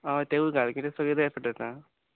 अ तेंवूय घाल कित्या सगळें